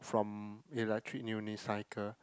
from electric unicycle